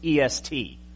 EST